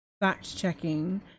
fact-checking